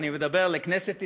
אני מדבר לכנסת ישראל,